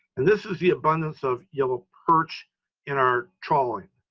and this is the abundance of yellow perch in our trawling,